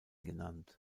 genannt